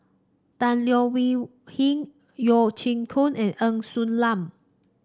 Tan Leo Wee Hin Yeo Siak Goon and Ng Woon Lam